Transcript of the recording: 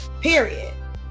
Period